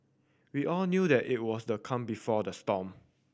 we all knew that it was the calm before the storm